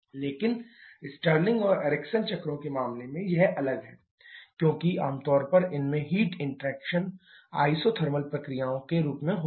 लेकिन स्टर्लिंग और एरिक्सन चक्रों के मामले में यह अलग है क्योंकि आम तौर पर इनमें हीट इंटरेक्शन आइसोथर्मल प्रक्रियाओं के रूप में होती है